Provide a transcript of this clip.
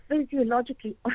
physiologically